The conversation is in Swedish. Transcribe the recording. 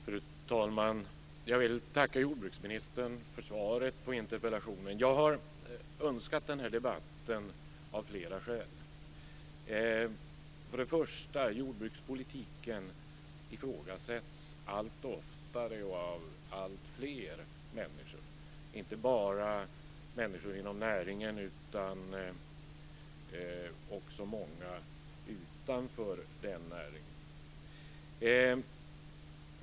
Fru talman! Jag vill tacka jordbruksministern för svaret på interpellationen. Jag har önskat den här debatten av flera skäl. Först och främst ifrågasätts jordbrukspolitiken allt oftare och av alltfler människor, inte bara av människor inom näringen utan också av många utanför den näringen.